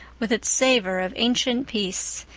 with its savor of ancient peace,